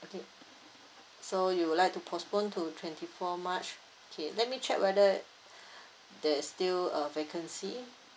okay so you would like to postpone to twenty four march okay let me check whether there is still a vacancy